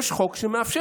יש חוק שמאפשר,